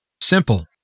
Simple